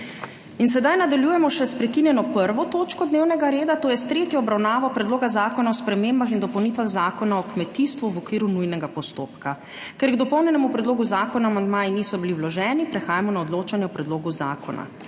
In sedaj nadaljujemo še s prekinjeno 1. točko dnevnega reda - tretja obravnava Predloga zakona o spremembah in dopolnitvah Zakona o kmetijstvu, v okviru nujnega postopka. Ker k dopolnjenemu predlogu zakona amandmaji niso bili vloženi, prehajamo na odločanje o predlogu zakona.